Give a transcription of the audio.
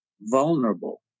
vulnerable